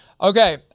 Okay